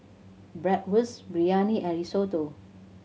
Bratwurst Biryani and Risotto